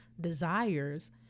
desires